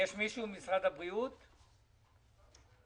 בסקר האחרון שלנו לא רואים עדיין את ההשפעה הזאת של העלאת המס על הטבק